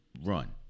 run